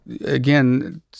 again